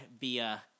via